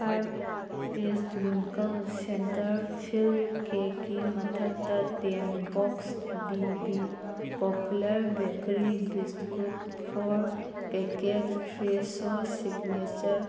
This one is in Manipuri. five piece Winkles centre fill ꯀꯦꯛꯀꯤ ꯃꯊꯛꯇ ten box BB popular bakery biscuit four packet Fresho signature